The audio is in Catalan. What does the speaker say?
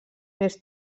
més